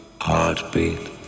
Heartbeat